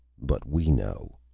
but we know.